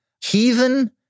heathen